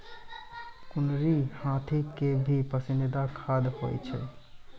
कुनरी हाथी के भी पसंदीदा खाद्य होय छै